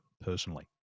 personally